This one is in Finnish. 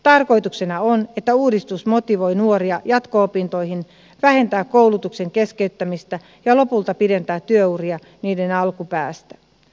tarkoituksena on että uudistus motivoi nuoria jatko opintoihin vähentää koulutuksen keskeyttämistä ja lopulta pidentää työuria niiden alkupäästä